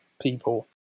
people